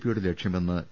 പിയുടെ ലക്ഷ്യ മെന്ന് പി